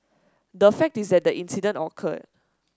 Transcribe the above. the fact is that the incident occurred